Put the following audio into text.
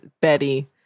Betty